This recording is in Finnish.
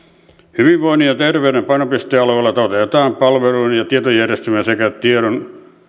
hyvinvoinnin ja terveyden painopistealueella toteutetaan palveluiden ja tietojärjestelmien sekä tiedon